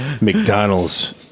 McDonald's